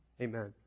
amen